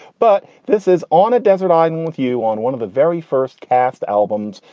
but this is on a desert island with you on one of the very first cast albums,